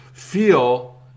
feel